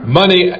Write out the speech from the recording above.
money